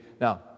Now